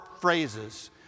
phrases